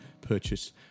purchase